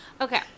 Okay